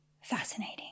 fascinating